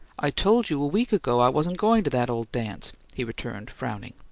i told you a week ago i wasn't going to that ole dance, he returned, frowning.